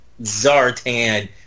Zartan